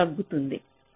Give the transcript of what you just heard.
02 తగ్గుతుంది